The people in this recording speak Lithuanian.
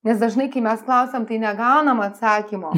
nes dažnai kai mes klausiam tai negaunam atsakymo